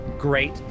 Great